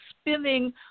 spinning